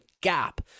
gap